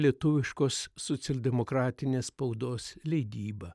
lietuviškos socialdemokratinės spaudos leidybą